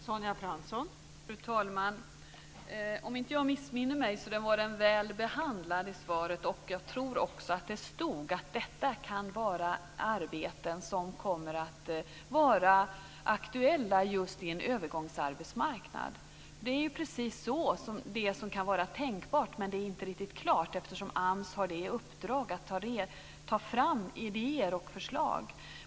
Fru talman! Om inte jag missminner mig blev motionen väl behandlad. Jag tror också att det stod att detta kan vara arbeten som kommer att vara aktuella just på en övergångsarbetsmarknad. Det är precis det som kan vara tänkbart, men det är inte riktigt klart, eftersom AMS har i uppdrag att ta fram idéer och förslag.